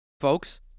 folks